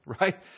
Right